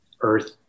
earth